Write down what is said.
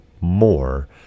more